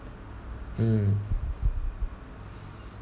mm